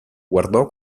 guardò